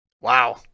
Wow